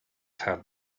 had